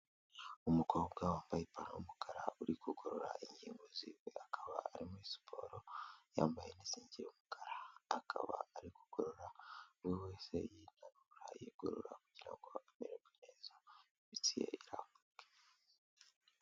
Umukobwa wambaye ipantaro y'umukara uri kugorora ingingo z'iwe, akaba ari muri siporo yambaye n'isengeri y'umukara, akaba ari kugorora. Buri wese yinanura yigorora, kugira ngo amererwe neza, imitsi ye irambuke.